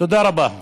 תודה רבה.